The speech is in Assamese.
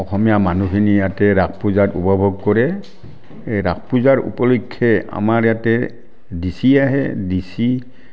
অসমীয়া মানুহখিনি ইয়াতে ৰাস পূজাত উপভোগ কৰে এই ৰাস পূজাৰ উপলক্ষে আমাৰ ইয়াতে ডিচি আহে ডিচি